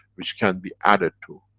which can be added to.